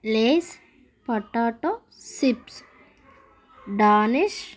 lays potato chips Danish